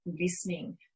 listening